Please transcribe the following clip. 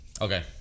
Okay